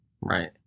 right